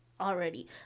already